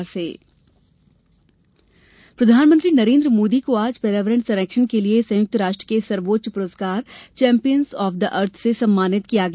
मोदी पुरस्कार प्रधानमंत्री नरेंद्र मोदी को आज पर्यावरण संरक्षण के लिए संयुक्त राष्ट्र के सर्वोच्च पुरस्कार चैंपियन्स ऑफ द अर्थ से सम्मानित किया गया